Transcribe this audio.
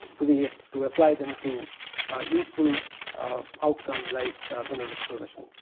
to be ah to apply them to ah useful ah outcome like ah mineral exploration.